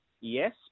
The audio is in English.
Yes